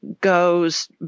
goes